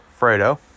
Fredo